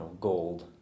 gold